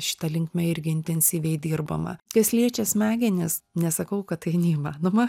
šita linkme irgi intensyviai dirbama kas liečia smegenis nesakau kad tai neįmanoma